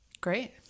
Great